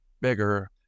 bigger